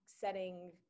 setting